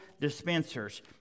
dispensers